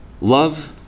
Love